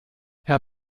herr